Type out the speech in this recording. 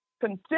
consider